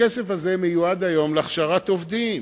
הכסף הזה מיועד היום להכשרת עובדים